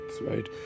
right